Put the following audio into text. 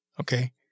Okay